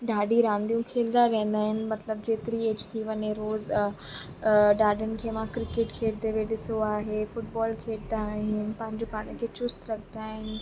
ॾाढी रांदियूं खेॾंदा रहंदा आहिनि मतिलबु जेतिरी ऐज थी वञे रोज़ु ॾाढनि खे मां क्रिकेट खेॾंदे बि ॾिसो आहे फुटबॉल खेॾंदा आहिनि पंहिंजो पाण खे चुस्त रखंदा आहिनि